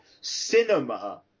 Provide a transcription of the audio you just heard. cinema